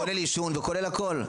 זה כולל עישון וזה כולל הכול.